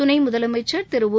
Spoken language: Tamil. துணை முதலமைச்சர் திரு ஓ